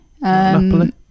Napoli